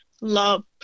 love